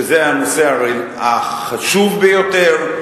שזה הנושא החשוב ביותר.